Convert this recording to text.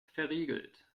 verriegelt